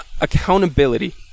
accountability